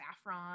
saffron